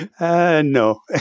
No